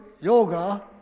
yoga